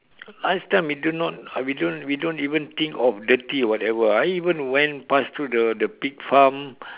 last time we do not we don't we don't even think of dirty or whatever I even went past through the the pig farm